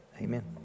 Amen